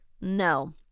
No